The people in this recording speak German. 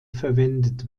verwendet